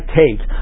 take